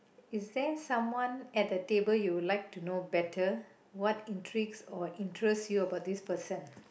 is there someone at the table you would like to know better what intrigues or interest you about this person